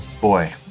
boy